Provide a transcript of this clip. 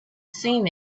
seen